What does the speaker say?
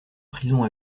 prison